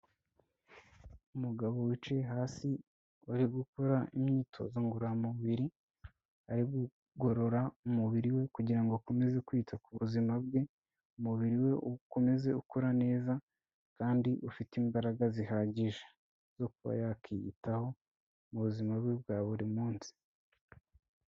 Umugabo wicaye hasi wari gukora imyitozo ngororamubiri, ari kugorora umubiri we kugira ngo akomeze kwita ku buzima bwe, umubiri we ukomeze ukora neza kandi ufite imbaraga zihagije zo kuba yakiyitaho mu buzima bwe bwa buri munsi.